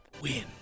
Win